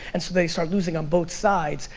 and so they start losing on both sides.